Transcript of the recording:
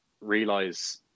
realize